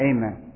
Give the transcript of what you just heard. Amen